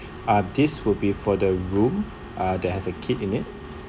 uh this will be for the room uh that has a kid in it